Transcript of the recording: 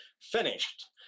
finished